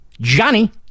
Johnny